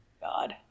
God